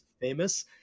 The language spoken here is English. famous